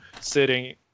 sitting